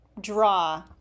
draw